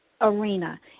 arena